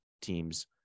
teams